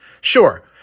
Sure